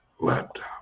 laptop